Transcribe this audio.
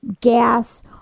gas